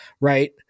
right